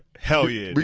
hell yeah,